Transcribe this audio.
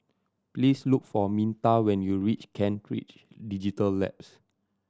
please look for Minta when you reach Kent Ridge Digital Labs